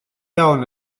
iawn